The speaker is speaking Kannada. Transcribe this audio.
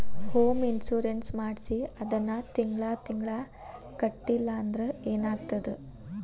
ಹೊಮ್ ಇನ್ಸುರೆನ್ಸ್ ಮಾಡ್ಸಿ ಅದನ್ನ ತಿಂಗ್ಳಾ ತಿಂಗ್ಳಾ ಕಟ್ಲಿಲ್ಲಾಂದ್ರ ಏನಾಗ್ತದ?